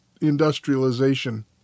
industrialization